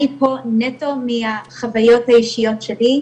אני פה נטו מהחוויות האישיות שלי,